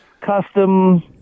custom